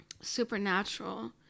supernatural